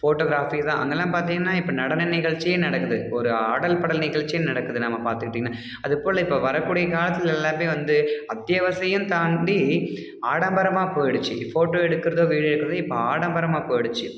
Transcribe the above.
photography தான் அங்கெல்லாம் பார்த்தீங்கனா இப்போ நடன நிகழ்ச்சியே நடக்குது ஒரு ஆடல் பாடல் நிகழ்ச்சி நடக்குது நம்ம பார்த்துக்கிட்டீங்கனா அதுபோல் இப்போ வரக்கூடிய காலத்தில் எல்லாமே வந்து அத்தியாவசியம் தாண்டி ஆடம்பரமாக போய்டுச்சு ஃபோட்டோ எடுக்கிறதோ வீடியோ எடுக்கிறதோ இப்போ ஆடம்பரமாக போய்டுச்சு